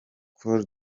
col